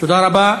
תודה רבה.